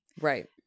right